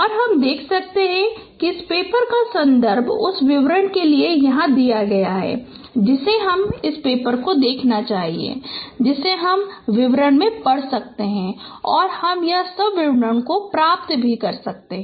तो हम देख सकते हैं कि इस पेपर का संदर्भ इस विवरण के लिए यहां दिया गया है जिसे हमें इस पेपर को देखना चाहिए जिसे हम विवरण में पढ़ सकते हैं और हम यह सब विवरण प्राप्त कर सकते हैं